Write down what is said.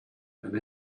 and